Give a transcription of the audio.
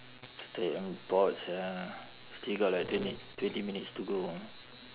damn bored sia still got like twenty twenty minutes to go